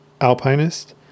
Alpinist